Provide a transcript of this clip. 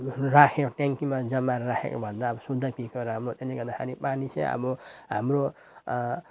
राखेको ट्याङ्कीमा जम्मा राखेकोभन्दा अब शुद्ध केको राम्रो त्यसले गर्दाखेरि पानी चाहिँ अब हाम्रो